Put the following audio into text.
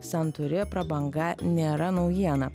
santūri prabanga nėra naujiena